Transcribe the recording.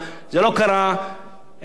אין לו שום סמכויות לעשות כמעט כלום.